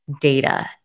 data